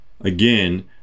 again